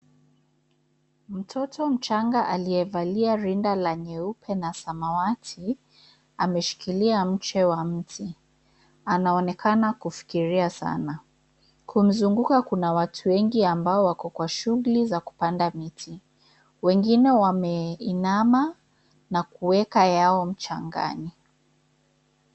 Mtoto mchanga aliyevalia rinda la nyeupe na samawati ameshikilia mche wa mti, anaonekana kufikiria sana. Kumzunguka kuna watu wengi ambao wako kwa shughuli za kupanda miti. Wengine wameinama na kuweka yao mchangani.